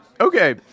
Okay